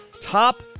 top